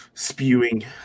spewing